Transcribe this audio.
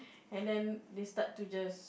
and then they start to just